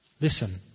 Listen